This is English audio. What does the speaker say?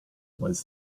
was